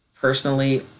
Personally